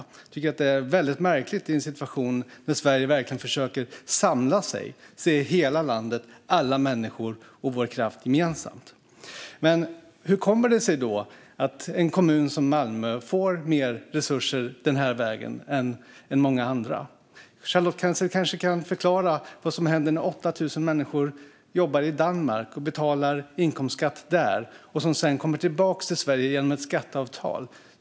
Jag tycker att detta är väldigt märkligt i en situation då Sverige verkligen försöker att samla sig och se hela landet, alla människor och vår kraft gemensamt. Hur kommer det sig då att en kommun som Malmö får mer resurser den här vägen än många andra? Charlotte Quensel kanske kan förklara vad som händer när 8 000 människor jobbar i Danmark och betalar inkomstskatt där som sedan kommer tillbaka till Sverige genom ett skatteavtal.